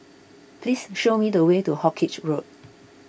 please show me the way to Hawkinge Road